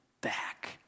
back